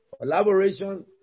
collaboration